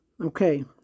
Okay